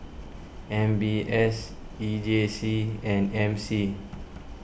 M B S E J C and M C